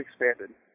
expanded